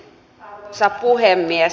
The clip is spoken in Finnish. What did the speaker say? arvoisa puhemies